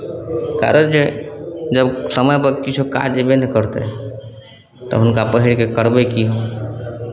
कारण जे जब समयपर किछो काज अयबे नहि करतै तऽ हुनका पहिरयके करबै की हम